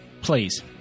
Please